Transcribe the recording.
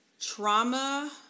Trauma